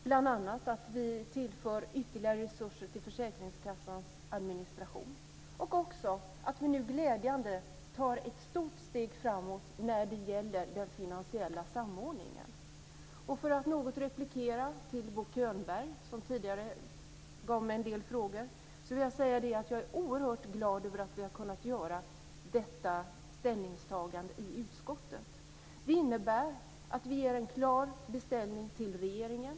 Vi tillför bl.a. ytterligare resurser till försäkringskassans administration. Vi tar nu glädjande nog ett stort steg framåt när det gäller den finansiella samordningen. För att något replikera till Bo Könberg, som tidigare ställde en del frågor till mig, vill jag säga att jag är oerhört glad över att vi har kunnat göra detta ställningstagande i utskottet. Det innebär att utskottet gör en klar beställning till regeringen.